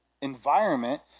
environment